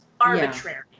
arbitrary